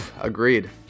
agreed